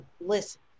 listen